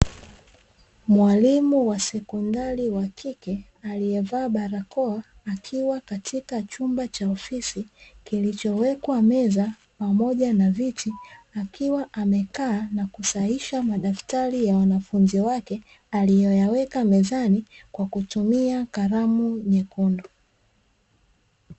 Mwalimu wa sekondari wa kike aliye vaa barakoa akiwa katika chumba cha ofisi, kilichowekwa meza pamoja na viti akiwa amekaa na kusahisha madaftari ya wanafunzi wake aliyo yaweka mezani kwa kutumia karamu nyekundu.